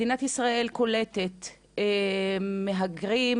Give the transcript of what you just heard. מדינת ישראל קולטת מהגרים,